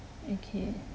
okay